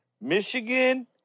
Michigan